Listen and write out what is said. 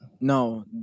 No